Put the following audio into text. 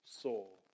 soul